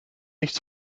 nicht